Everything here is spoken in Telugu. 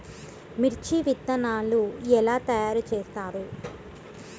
మిర్చి విత్తనాలు ఎలా తయారు చేస్తారు?